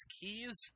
keys